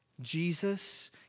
Jesus